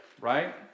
right